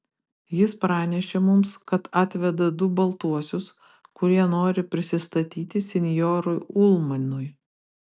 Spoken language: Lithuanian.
jis pranešė mums kad atveda du baltuosius kurie nori prisistatyti senjorui ulmanui